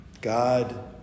God